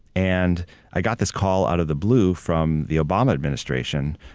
and i got this call out of the blue from the obama administration.